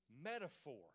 metaphor